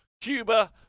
Cuba